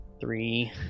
three